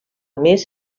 més